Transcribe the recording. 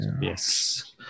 Yes